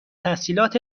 تحصیلات